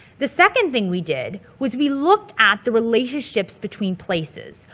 the second thing we did was we looked at the relationships between places.